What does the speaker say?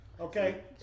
Okay